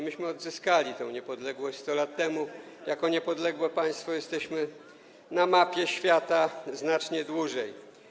Myśmy odzyskali tę niepodległość 100 lat temu, jako niepodległe państwo jesteśmy na mapie świata znacznie dłużej.